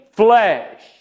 flesh